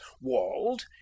walled